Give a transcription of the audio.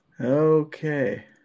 Okay